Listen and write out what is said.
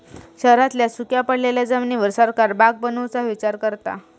शहरांतल्या सुख्या पडलेल्या जमिनीर सरकार बाग बनवुचा विचार करता